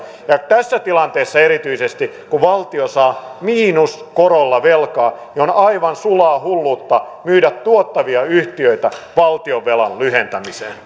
tässä tilanteessa erityisesti kun valtio saa miinuskorolla velkaa on aivan sulaa hulluutta myydä tuottavia yhtiöitä valtionvelan lyhentämiseen